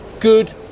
good